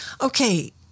okay